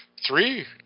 three